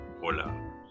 Hola